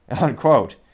Unquote